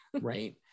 Right